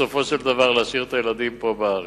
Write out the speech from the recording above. בסופו של דבר, להשאיר את הילדים פה בארץ.